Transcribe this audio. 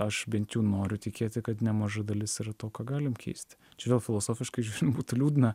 aš bent jau noriu tikėti kad nemaža dalis to ką galim keist čia vėl filosofiškai būtų liūdna